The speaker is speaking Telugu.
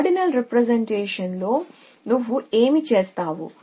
ఆర్డినల్ రీప్రెజెంటేషన్ లో నువ్వు ఏమి చేస్తావు